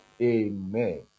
Amen